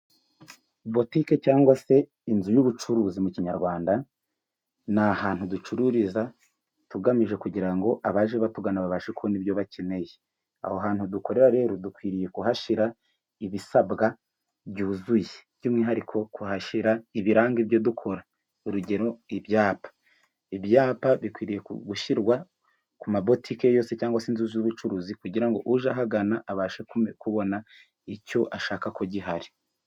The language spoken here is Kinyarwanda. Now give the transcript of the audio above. botike cyangwa se inzu y'ubucuruzi mu kinyarwanda, ni ahantu ducururiza tugamije kugira ngo abaje batugana babashe kubona ibyo bakeneye. Aho hantu dukorera rero dukwiriye kuhashira ibisabwa byuzuye by'umwihariko kuhashyira ibiranga ibyo dukora urugero ibyapa. Ibyapa bikwiriye gushyirwa ku amabotiki yose cyangwa se inzu z'ubucuruzi kugira ngo uje ahagana abashe kubona icyo ashaka ko gihari.